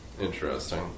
Interesting